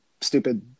stupid